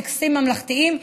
טקסים ממלכתיים,